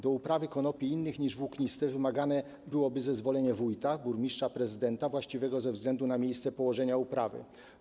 Do uprawy konopi innych niż włókniste wymagane byłoby zezwolenie wójta, burmistrza, prezydenta właściwego ze względu na miejsce położenia uprawy.